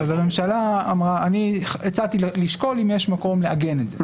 הממשלה הציעה לשקול האם יש מקום לעגן את זה.